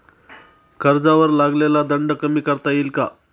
कर्जावर लागलेला दंड कमी करता येईल का?